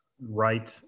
right